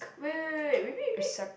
wait wait wait wait repeat repeat